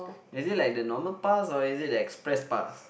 is it like the normal pass or is it the express pass